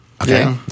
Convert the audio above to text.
Okay